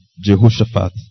Jehoshaphat